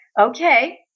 okay